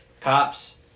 Cops